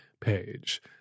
page